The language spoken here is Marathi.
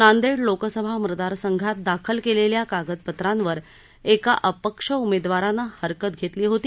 नांदेड लोकसभा मतदार संघात दाखल केलेल्या कागदपत्रांवर एका अपक्ष उमेदवारानं हरकत घेतली होती